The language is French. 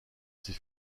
ses